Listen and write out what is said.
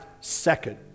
second